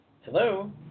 Hello